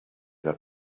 got